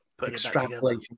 extrapolating